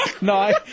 No